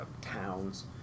towns